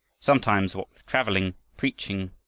sometimes, what with traveling, preaching,